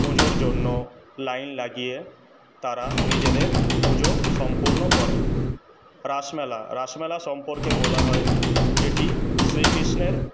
পুজোর জন্য লাইন লাগিয়ে তারা নিজেদের পুজো সম্পূর্ণ করে রাসমেলা রাসমেলা সম্পর্কে বলা হয় এটি শ্রীকৃষ্ণের